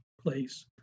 place